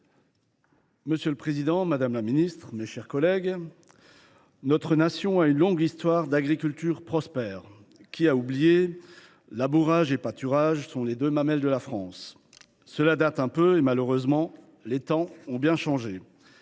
Monsieur le président, madame la ministre, mes chers collègues, notre nation a une longue histoire d’agriculture prospère. Qui a oublié la phrase :« Labourage et pâturage sont les deux mamelles de la France »? Elle date un peu et, malheureusement, les temps ont bien changé.